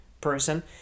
person